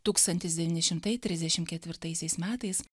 tūkstantis devyni šimtai trisdešimt ketvirtaisiais metais